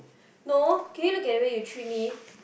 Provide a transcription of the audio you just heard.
no can you look at the way you treat me